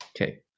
Okay